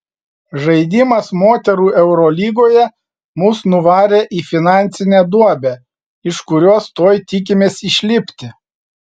žaidimas moterų eurolygoje mus nuvarė į finansinę duobę iš kurios tuoj tikimės išlipti